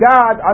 God